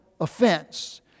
offense